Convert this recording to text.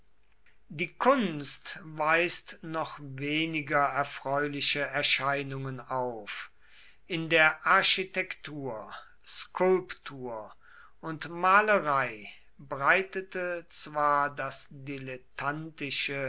die kunst weist noch weniger erfreuliche erscheinungen auf in der architektur skulptur und malerei breitete zwar das dilettantische